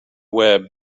web